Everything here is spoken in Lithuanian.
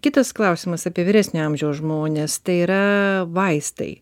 kitas klausimas apie vyresnio amžiaus žmones tai yra vaistai